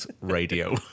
radio